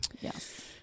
yes